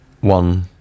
one